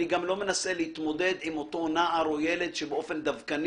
אני גם לא מנסה להתמודד עם אותו נער או ילד שבאופן דווקני